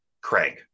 Craig